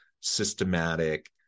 systematic